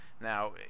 Now